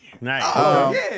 Nice